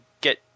get